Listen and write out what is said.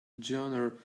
genre